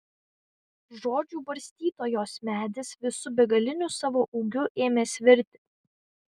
žodžių barstytojos medis visu begaliniu savo ūgiu ėmė svirti